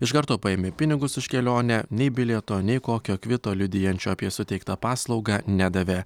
iš karto paėmė pinigus už kelionę nei bilieto nei kokio kvito liudijančio apie suteiktą paslaugą nedavė